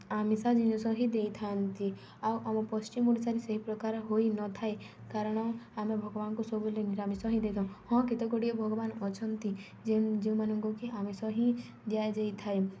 ଆମିଷ ଜିନିଷ ହିଁ ଦେଇଥାନ୍ତି ଆଉ ଆମ ପଶ୍ଚିମ ଓଡ଼ିଶାରେ ସେହି ପ୍ରକାର ହୋଇନଥାଏ କାରଣ ଆମେ ଭଗବାନଙ୍କୁ ସବୁବେଳେ ନିରାମିଷ ହିଁ ଦେଇଥାଉ ହଁ କେତେଗୁଡ଼ିଏ ଭଗବାନ ଅଛନ୍ତି ଯେ ଯେଉଁମାନଙ୍କୁ କି ଆମିଷ ହିଁ ଦିଆଯାଇଥାଏ